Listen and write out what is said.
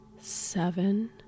Seven